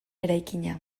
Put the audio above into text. eraikina